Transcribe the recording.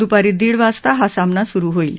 दुपारी दीड वाजता हा सामना सुरु होईल